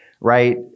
right